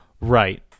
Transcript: right